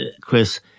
Chris